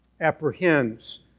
apprehends